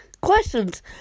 questions